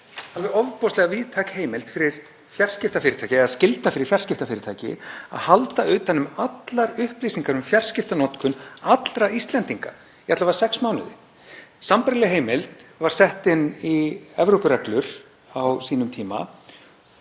alveg ofboðslega víðtæk heimild eða skylda fyrir fjarskiptafyrirtæki að halda utan um allar upplýsingar um fjarskiptanotkun allra Íslendinga í alla vega sex mánuði. Sambærileg heimild var sett inn í Evrópureglur á sínum tíma